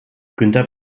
günter